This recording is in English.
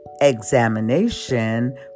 examination